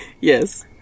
Yes